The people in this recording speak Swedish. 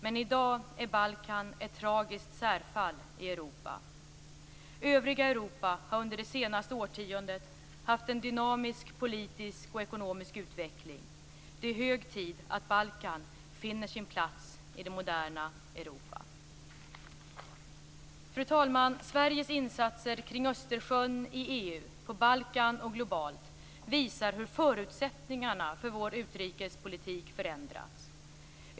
Men i dag är Balkan ett tragiskt särfall i Europa. Övriga Europa har under det senaste årtiondet haft en dynamisk politisk och ekonomisk utveckling. Det är hög tid att Balkan finner sin plats i det moderna Europa. Fru talman! Sveriges insatser kring Östersjön, i EU, på Balkan och globalt visar hur förutsättningarna för vår utrikespolitik förändrats.